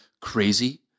crazy